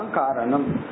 karanam